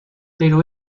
pero